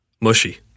Mushy